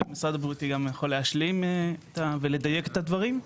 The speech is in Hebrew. ומשרד הבריאות גם יכול להשלים ולדייק את הדברים.